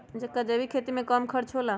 का जैविक खेती में कम खर्च होला?